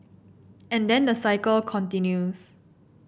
and then the cycle continues